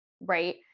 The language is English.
right